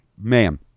Ma'am